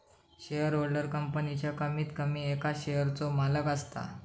shareholder कंपनीच्या कमीत कमी एका शेयरचो मालक असता